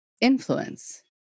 influence